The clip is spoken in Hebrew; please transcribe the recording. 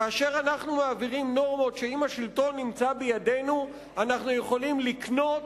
כאשר אנחנו מעבירים נורמות שאם השלטון נמצא בידינו אנחנו יכולים לקנות